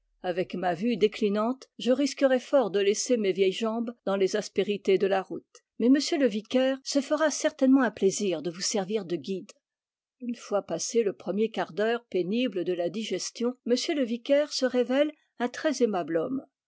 avec ma vue déclinante je risquerais fort de laisser mes vieilles jambes dans les aspérités de la route mais m le vicaire se fera certainement un plaisir de vous servir de guide une fois passé le premier quart d'heure pénible de la digestion m le vicaire se révèle un très aimable homme